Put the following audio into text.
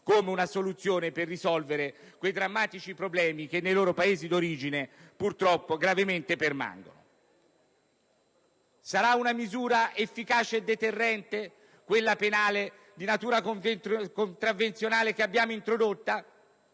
come a una soluzione per risolvere quei drammatici problemi che nei loro Paesi d'origine, purtroppo, gravemente permangono. Sarà una misura efficace e deterrente quella penale di natura contravvenzionale che abbiamo introdotto?